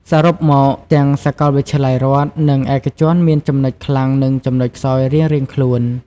សរុបមក ទាំងសាកលវិទ្យាល័យរដ្ឋ និងឯកជនមានចំណុចខ្លាំងនិងចំណុចខ្សោយរៀងៗខ្លួន។